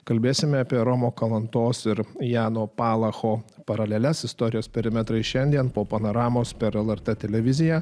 kalbėsime apie romo kalantos ir jano palacho paraleles istorijos perimetrai šiandien po panoramos per lrt televiziją